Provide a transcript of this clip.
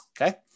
okay